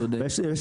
והוא